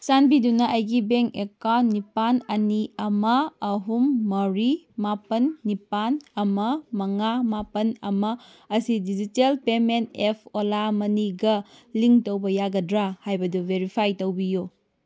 ꯆꯥꯟꯕꯤꯗꯨꯅ ꯑꯩꯒꯤ bank account ꯅꯤꯄꯥꯜ ꯑꯅꯤ ꯑꯃ ꯑꯍꯨꯝ ꯃꯔꯤ ꯃꯥꯄꯜ ꯅꯤꯄꯥꯜ ꯑꯃ ꯃꯉꯥ ꯃꯥꯄꯜ ꯑꯃ ꯑꯁꯤ ꯗꯤꯖꯤꯇꯦꯜ ꯄꯦꯃꯦꯟ ꯑꯦꯞ ꯑꯣꯂꯥ ꯃꯅꯤꯒ ꯂꯤꯡ ꯇꯧꯕ ꯌꯥꯒꯗ꯭ꯔ ꯍꯥꯏꯕꯗꯨ ꯕꯦꯔꯤꯐꯥꯏ ꯇꯧꯕꯤꯌꯨ